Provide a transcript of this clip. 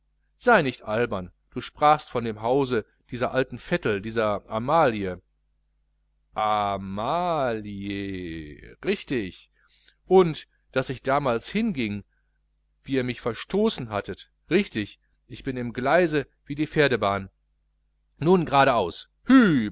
sei nicht albern du sprachst von dem hause dieser alten vettel dieser amalie amalieh richtig und daß ich damals hinging wie ihr mich verstoßen hattet richtig ich bin im gleise wie die pferdebahn nun gerade